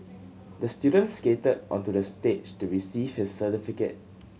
the student skated onto the stage to receive his certificate